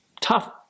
tough